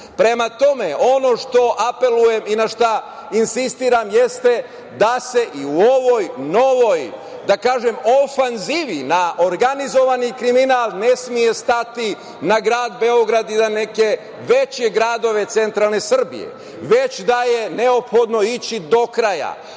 znaju. Prema tome, ono što apelujem i na šta insistiram jeste da se na ovoj novoj, da kažem, ofanzivi na organizovani kriminal ne sme stati na grad Beograd i na neke veće gradove centralne Srbije, već da je neophodno ići do